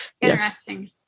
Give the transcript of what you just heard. Interesting